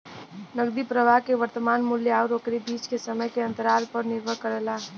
नकदी प्रवाह के वर्तमान मूल्य आउर ओकरे बीच के समय के अंतराल पर निर्भर करेला